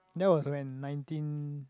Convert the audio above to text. that was when nineteen